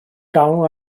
galw